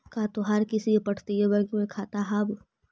का तोहार किसी अपतटीय बैंक में खाता हाव